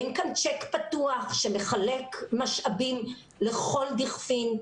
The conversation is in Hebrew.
אין כאן צ'ק פתוח שמחלק משאבים לכל דכפין.